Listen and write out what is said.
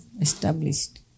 Established